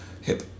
hip